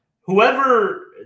Whoever –